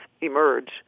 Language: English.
emerge